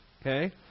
Okay